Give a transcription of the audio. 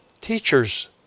teachers